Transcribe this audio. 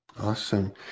Awesome